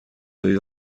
هایی